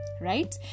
right